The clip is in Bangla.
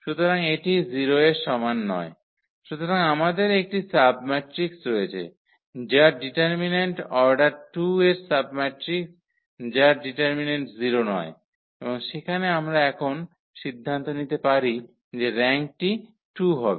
সুতরাং এটি 0 এর সমান নয় সুতরাং আমাদের একটি সাবম্যাট্রিক্স রয়েছে যার ডিটারমিন্যান্ট অর্ডার 2 এর সাবম্যাট্রিক্স যার ডিটারমিন্যান্ট 0 নয় এবং সেখানে আমরা এখন সিদ্ধান্ত নিতে পারি যে র্যাঙ্কটি 2 হবে